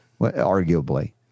arguably